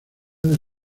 del